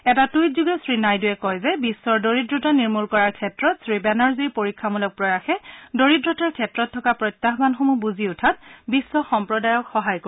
এটা টুইট যোগে শ্ৰী নাইডুৰে কয় যে বিশ্বৰ দৰিদ্ৰতা নিৰ্মূল কৰাৰ ক্ষেত্ৰত শ্ৰী বেনাৰ্জীৰ পৰীক্ষামূলক প্ৰয়াসে দৰিদ্ৰতাৰ ক্ষেত্ৰত থকা প্ৰত্যাহানসমূহ বুজি উঠাত বিশ্ব সম্প্ৰদায়ক সহায় কৰিব